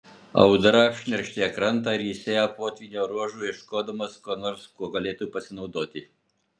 audra apšnerkštė krantą ir jis ėjo potvynio ruožu ieškodamas ko nors kuo galėtų pasinaudoti